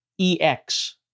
EX